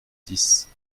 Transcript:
dix